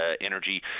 energy